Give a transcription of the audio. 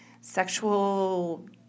sexual